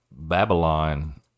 Babylon